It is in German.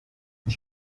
ich